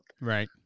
Right